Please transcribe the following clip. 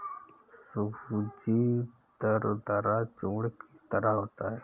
सूजी दरदरा चूर्ण की तरह होता है